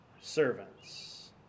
servants